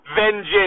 Vengeance